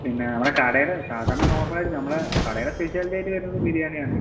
പിന്നെ നമ്മുടെ കടയുടെ സാധാരണ നോർമൽ ആയിട്ട് നമ്മുടെ കടയുടെ സ്പെഷ്യാലിറ്റി ആയിട്ട് വരുന്നത് ബിരിയാണി ആണ്